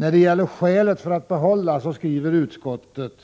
När det gäller skälet för ett bibehållande skriver utskottet